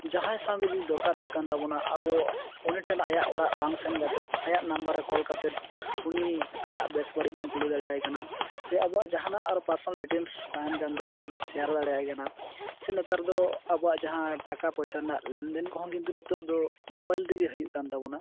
ᱡᱟᱦᱟᱸᱭ ᱥᱟᱶᱜᱮ ᱡᱩᱫᱤ ᱫᱚᱨᱠᱟᱨ ᱦᱩᱭᱩᱜ ᱠᱟᱱ ᱛᱟᱵᱚᱱᱟ ᱟᱵᱚ ᱩᱱᱤᱴᱷᱮ ᱟᱭᱟᱜ ᱚᱲᱟᱜ ᱵᱟᱝ ᱥᱮᱱ ᱠᱟᱛᱮᱫ ᱟᱭᱟᱜ ᱱᱟᱢᱵᱟᱨ ᱨᱮ ᱠᱚᱞ ᱠᱟᱛᱮᱫ ᱩᱱᱤ ᱟᱭᱟᱜ ᱵᱮᱥ ᱵᱟᱹᱲᱤᱡ ᱵᱚᱱ ᱠᱩᱞᱤ ᱫᱟᱲᱮᱭᱟᱭ ᱠᱟᱱᱟ ᱥᱮ ᱟᱵᱚᱣᱟᱜ ᱡᱟᱦᱟᱱᱟᱜ ᱟᱨ ᱯᱟᱨᱥᱚᱱᱟᱞ ᱰᱤᱴᱮᱞᱥ ᱛᱟᱦᱮᱱ ᱠᱟᱱ ᱛᱟᱭᱟ ᱚᱱᱟᱵᱚᱱ ᱥᱮᱭᱟᱨ ᱫᱟᱲᱮᱭᱟᱭ ᱠᱟᱱᱟ ᱥᱮ ᱱᱮᱛᱟᱨ ᱫᱚ ᱟᱵᱚᱣᱟᱜ ᱡᱟᱦᱟᱸ ᱴᱟᱠᱟ ᱯᱚᱭᱥᱟ ᱨᱮᱱᱟᱜ ᱞᱮᱱᱫᱮᱱ ᱠᱚᱦᱚᱸ ᱠᱤᱱᱛᱩ ᱱᱤᱛᱚᱜ ᱫᱚ ᱢᱚᱵᱟᱭᱤᱞ ᱛᱮᱜᱮ ᱦᱩᱭᱩᱜ ᱠᱟᱱᱛᱟᱵᱚᱱᱟ